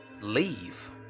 leave